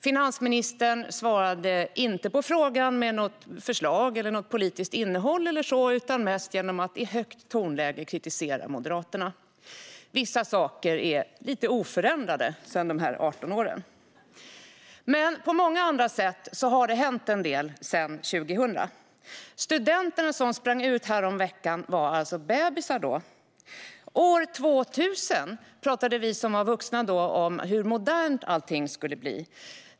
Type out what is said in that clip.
Finansministern svarade inte på frågan med något förslag eller något politiskt innehåll eller så utan mest genom att i högt tonläge kritisera Moderaterna. Vissa saker är oförändrade sedan den gången för 18 år sedan. Men på många andra sätt har det hänt en del sedan år 2000. Studenterna som sprang ut häromveckan var bebisar då. År 2000 pratade vi som var vuxna då om hur modernt allting skulle bli.